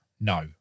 No